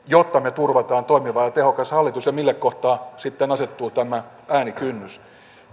jotta me turvaamme toimivan ja tehokkaan hallituksen ja mille kohtaa sitten asettuu tämä äänikynnys